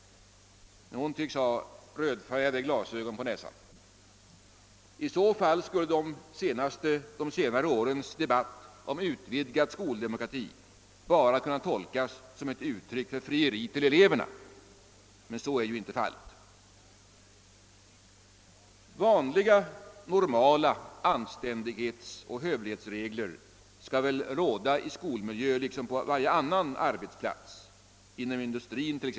Hon tycks ha rödfärgade glasögon på näsan. I så fall skulle de senaste årens debatt om ut vidgad skoldemokrati bara kunna tolkas som ett frieri till eleverna, men så är inte fallet. Vanliga normala anständighetsoch hövlighetsregler bör väl råda i skolmiljö liksom på varje annan arbetsplats, t.ex. inom industrin.